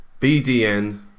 BDN